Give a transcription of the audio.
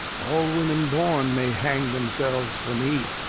all women born may hang themselves, for me,